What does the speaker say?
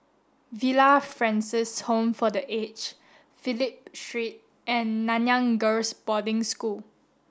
Villa Francis Home for the Aged Phillip Street and Nanyang Girls' Boarding School